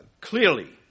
Clearly